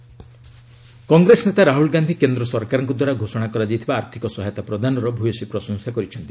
Rahul centre assistance Congress ନେତା ରାହ୍ରଲ ଗାନ୍ଧି କେନ୍ଦ୍ର ସରକାରଙ୍କ ଦ୍ୱାରା ଘୋଷଣା କରାଯାଇଥିବା ଆର୍ଥିକ ସହାୟତା ପ୍ରଦାନର ଭୟସୀ ପ୍ରଶଂସା କରିଛନ୍ତି